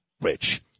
Rich